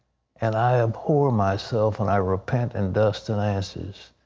and i abhore myself and i respent in dust and ashes.